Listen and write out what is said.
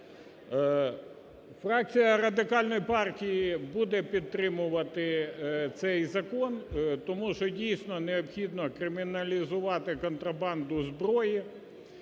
Фракція Радикальної партії буде підтримувати цей закон, тому що дійсно необхідно криміналізувати контрабанду зброї.